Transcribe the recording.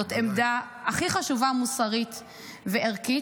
זאת העמדה הכי חשובה מוסרית וערכית,